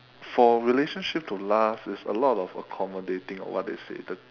for relationship to last it's a lot of accommodating or what they say the